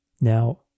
Now